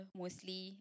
mostly